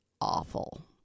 awful